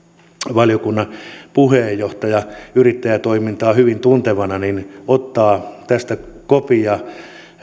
valiokunnan puheenjohtaja yrittäjätoimintaa hyvin tuntevana ottaa tästä kopin ja